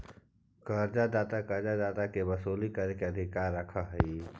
कर्जा दाता कर्जा के वसूली करे के अधिकार रखऽ हई